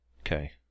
Okay